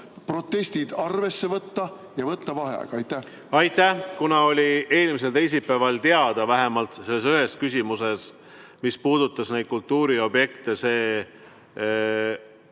protestid arvesse võtta ja võtta vaheaeg. Aitäh! Kuna oli eelmisel teisipäeval teada vähemalt selles ühes küsimuses, mis puudutas neid kultuuriobjekte, see